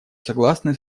согласны